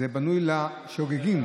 בנויות לשוגגים